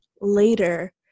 later